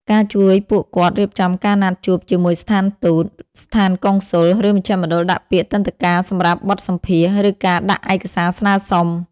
ការជួយពួកគាត់រៀបចំការណាត់ជួបជាមួយស្ថានទូត ស្ថានកុងស៊ុល ឬមជ្ឈមណ្ឌលដាក់ពាក្យទិដ្ឋាការសម្រាប់បទសម្ភាសន៍ ឬការដាក់ឯកសារស្នើសុំ។